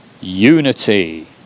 unity